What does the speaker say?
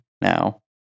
now